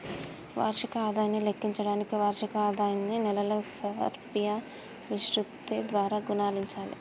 వార్షిక ఆదాయాన్ని లెక్కించడానికి వార్షిక ఆదాయాన్ని నెలల సర్ఫియా విశృప్తి ద్వారా గుణించాలి